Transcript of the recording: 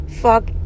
fuck